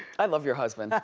i love your husband.